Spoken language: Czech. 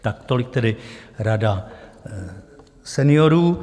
Tak tolik tedy Rada seniorů.